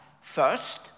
First